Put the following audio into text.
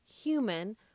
human